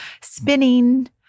spinning